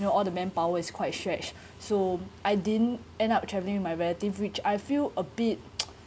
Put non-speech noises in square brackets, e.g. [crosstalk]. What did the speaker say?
you know all the manpower is quite stretched so I didn't end up travelling with my relative which I feel a bit [noise]